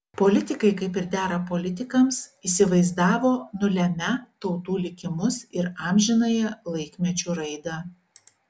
politikai kaip ir dera politikams įsivaizdavo nulemią tautų likimus ir amžinąją laikmečių raidą